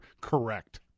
Correct